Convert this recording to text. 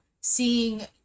seeing